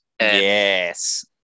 Yes